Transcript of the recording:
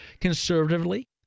conservatively